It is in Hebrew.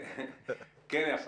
כן, יפה.